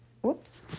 Whoops